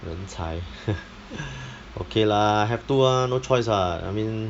人才 okay lah have to uh no choice lah I mean